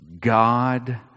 God